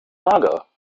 mager